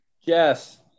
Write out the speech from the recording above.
Yes